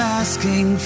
asking